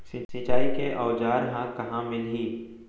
सिंचाई के औज़ार हा कहाँ मिलही?